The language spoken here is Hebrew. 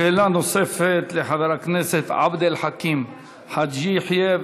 שאלה נוספת לחבר הכנסת עבד אל חכים חאג' יחיא,